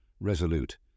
resolute